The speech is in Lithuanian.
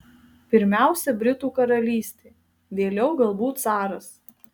pirmiausia britų karalystė vėliau galbūt caras